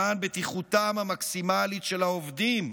למען בטיחותם המקסימלית של העובדים,